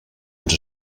ens